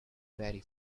very